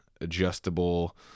adjustable